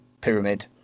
pyramid